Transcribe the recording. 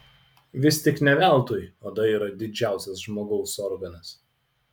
vis tik ne veltui oda yra didžiausias žmogaus organas